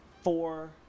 four